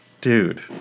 dude